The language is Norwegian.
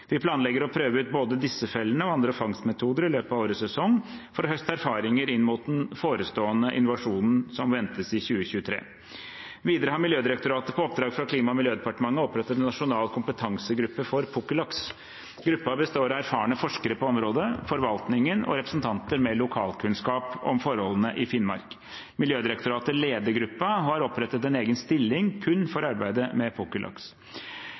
Vi planlegger å prøve ut både disse fellene og andre fangstmetoder i løpet av årets sesong for å høste erfaringer inn mot den forestående invasjonen som ventes i 2023. Videre har Miljødirektoratet på oppdrag fra Klima- og miljødepartementet opprettet en nasjonal kompetansegruppe for pukkellaks. Gruppen består av erfarne forskere på området, forvaltningen og representanter med lokalkunnskap om forholdene i Finnmark. Miljødirektoratet leder gruppen og har opprettet en egen stilling kun for arbeidet med